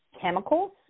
chemicals